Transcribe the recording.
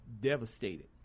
devastated